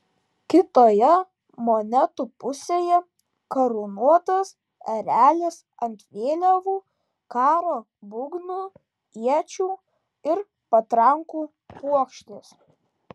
kitoje monetų pusėje karūnuotas erelis ant vėliavų karo būgnų iečių ir patrankų puokštės